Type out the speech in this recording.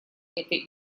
этой